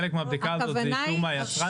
חלק מהבדיקה הזאת , זה אישור מהיצרן?